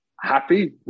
happy